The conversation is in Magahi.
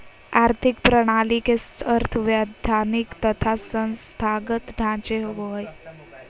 आर्थिक प्रणाली के अर्थ वैधानिक तथा संस्थागत ढांचे होवो हइ